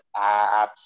apps